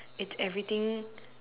it's everything